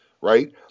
right